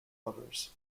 lovers